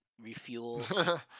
refuel